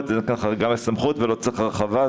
זה לא נקרא חריגה מסמכות ולא צריך הרחיבה.